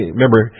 Remember